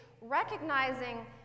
recognizing